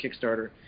Kickstarter